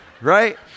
right